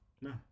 No